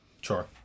Sure